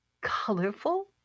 colorful